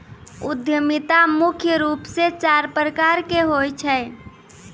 उद्यमिता मुख्य रूप से चार प्रकार के होय छै